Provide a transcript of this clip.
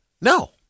No